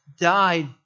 died